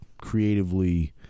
creatively